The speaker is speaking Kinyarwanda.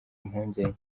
impungenge